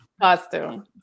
costume